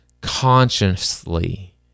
consciously